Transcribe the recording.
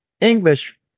English